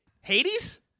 Hades